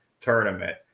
tournament